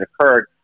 occurred